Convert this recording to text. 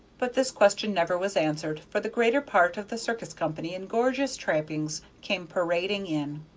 but this question never was answered, for the greater part of the circus company in gorgeous trappings came parading in.